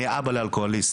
אני בן לאלכוהוליסט.